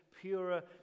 purer